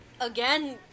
Again